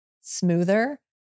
smoother